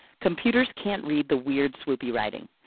computers can't read the weird swoopy writing,